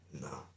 No